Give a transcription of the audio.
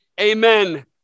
Amen